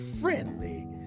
friendly